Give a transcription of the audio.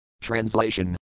Translation